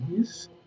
Yes